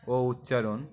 ও উচ্চারণ